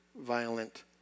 violent